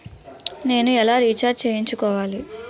నేను ఎలా రీఛార్జ్ చేయించుకోవాలి?